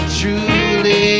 truly